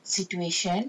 situation